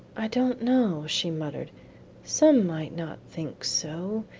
i don't know, she muttered some might not think so,